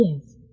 Yes